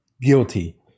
guilty